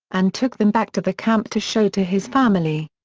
and took them back to the camp to show to his family.